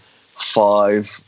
five